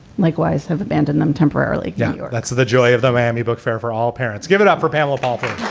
likewise, i have abandoned them temporarily yeah that's the the joy of the miami book fair for all parents. give it up for pamela polvo